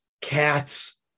Cats